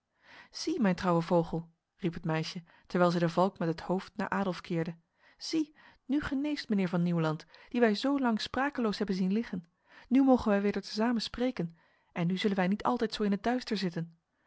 zie mijn trouwe vogel riep het meisje terwijl zij de valk met het hoofd naar adolf keerde zie nu geneest mijnheer van nieuwland die wij zo lang sprakeloos hebben zien liggen nu mogen wij weder tezamen spreken en nu zullen wij niet altijd zo in het duister zitten